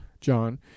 John